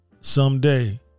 someday